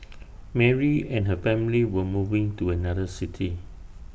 Mary and her family were moving to another city